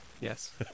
Yes